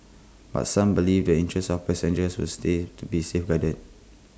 but some believe the interests of passengers will stay to be safeguarded